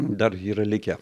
dar yra likę